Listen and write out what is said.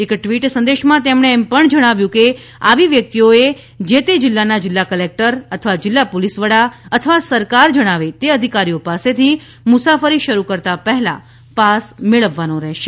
એક ટ્વીટ સંદેશમાં તેમણે જણાવ્યું હતું કે આવી વ્યક્તિઓ એ જે તે જિલ્લાના જિલ્લા કલેક્ટર અથવા જિલ્લા પોલીસ વડા અથવા સરકાર જણાવે તે અધિકારીઓ પાસેથી મુસાફરી શરુ કરતા પહેલા પાસ મેળવવાનો રહેશે